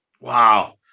Wow